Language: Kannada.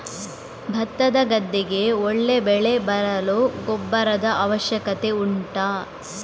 ಭತ್ತದ ಗದ್ದೆಗೆ ಒಳ್ಳೆ ಬೆಳೆ ಬರಲು ಗೊಬ್ಬರದ ಅವಶ್ಯಕತೆ ಉಂಟಾ